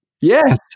Yes